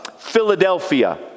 Philadelphia